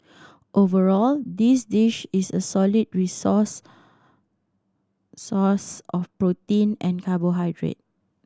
overall this dish is a solid resource source of protein and carbohydrate